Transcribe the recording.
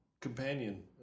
companion